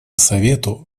совету